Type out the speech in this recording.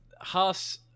Haas